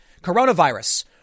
Coronavirus